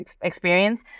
experience